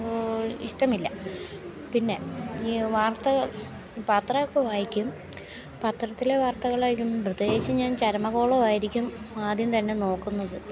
ഇഷ്ടമില്ല പിന്നെ ഈ വാർത്തകൾ പത്രമൊക്കെ വായിക്കും പത്രത്തിലെ വാർത്തകളായിരിക്കും പ്രത്യേകിച്ചു ഞാൻ ചരമകോളമായിരിക്കും ആദ്യം തന്നെ നോക്കുന്നത്